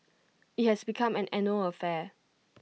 IT has become an annual affair